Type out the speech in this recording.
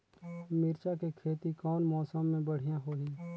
मिरचा के खेती कौन मौसम मे बढ़िया होही?